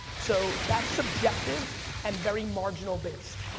so that's subjective and very marginal based,